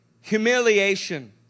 Humiliation